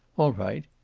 all right.